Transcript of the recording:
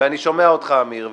אני שומע אותך, אמיר.